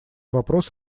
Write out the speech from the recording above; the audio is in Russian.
вопрос